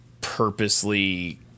purposely